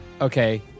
Okay